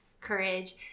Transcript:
courage